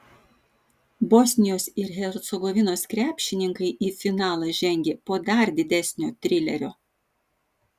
bosnijos ir hercegovinos krepšininkai į finalą žengė po dar didesnio trilerio